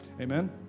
Amen